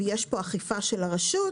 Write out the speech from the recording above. ויש פה אכיפה של הרשות,